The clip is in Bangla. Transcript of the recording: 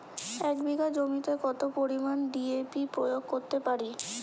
এক বিঘা জমিতে কত পরিমান ডি.এ.পি প্রয়োগ করতে পারি?